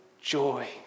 joy